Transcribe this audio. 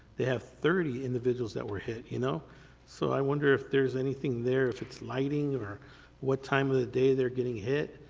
they have thirty individuals that were hit. you know so i wonder if there's anything there, if it's lighting or what time of the day they're getting hit,